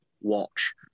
watch